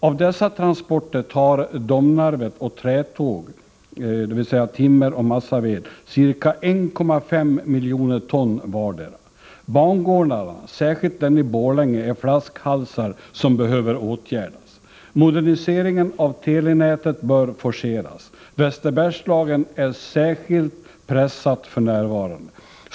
Av dessa transporter tar Domnarvet och Trätåg ca 1,5 miljoner ton vardera — transporter av timmer och massaved. Bangårdarna, särskilt den i Borlänge, är flaskhalsar som behöver åtgärdas. Moderniseringen av telenätet bör forceras. Västerbergslagen är särskilt pressat f.n.